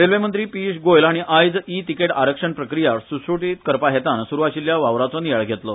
रेल्वे मंत्री पियूष गोयल हाणी आयज ई तिकेट आरक्षण प्रक्रिया सुटसुटीत करपा हेतान सुरू आशिल्ल्या वावराचो नियाळ घेतलो